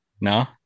No